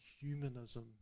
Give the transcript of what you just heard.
humanism